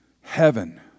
heaven